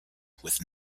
with